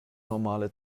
normale